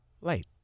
light